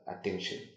attention